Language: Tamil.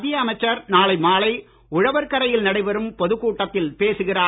மத்திய அமைச்சர் நாளை மாலை உழவர்கரையில் நடைபெறும் பொதுக் கூட்டத்தில் பேசுகிறார்